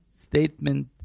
statement